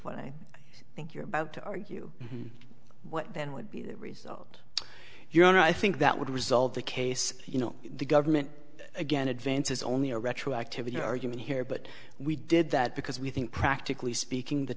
what i think you're about to argue what then would be the result your honor i think that would result the case you know the government again advances only a retroactive in your argument here but we did that because we think practically speaking the